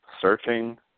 searching